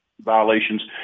violations